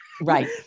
right